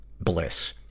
Bliss